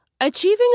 Achieving